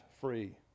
free